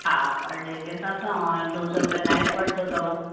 हा per day जे हिसाब सां और दो सौ रुपए नाइट वठंदो अथव